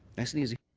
nice and easy.